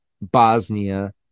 bosnia